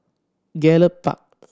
Gallop Park